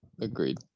Agreed